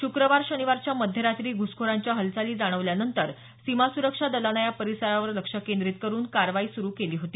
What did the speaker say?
शुक्रवार शनिवारच्या मध्यरात्री घ्रसखोरांच्या हालचाली जाणवल्यानंतर सीमा सुरक्षा दलानं या परिसरावर लक्ष केंद्रीत करून कारवाई सुरू केली होती